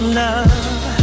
love